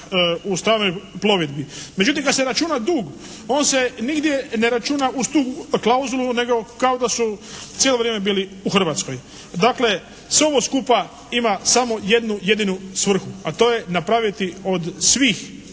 u stranoj plovidbi. Međutim kad se računa dug on se nigdje ne računa uz tu klauzulu nego kao da su cijelo vrijeme bili u Hrvatskoj. Dakle sve ovo skupa ima samo jednu jedinu svrhu a to je napraviti od svih